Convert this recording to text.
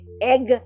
Egg